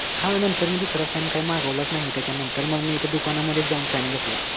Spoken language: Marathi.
हा नंतर मी दुसरा फॅन काही मागवलाच नाही त्याच्यानंतर मग मी इथे दुकानामध्येच जाऊन फॅन घेतला